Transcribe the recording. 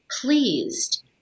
pleased